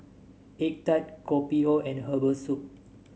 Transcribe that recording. egg tart Kopi O and Herbal Soup